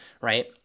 right